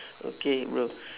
okay bro